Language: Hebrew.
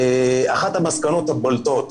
אחת המסקנות הבולטות